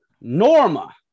Norma